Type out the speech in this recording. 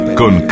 con